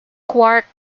quark